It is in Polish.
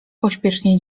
pośpiesznie